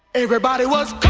everybody was